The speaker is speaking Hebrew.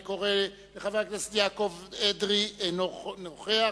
אני קורא לחבר הכנסת יעקב אדרי, אינו נוכח.